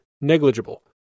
negligible